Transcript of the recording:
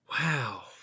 Wow